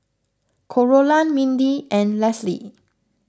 Carolann Mindi and Lesley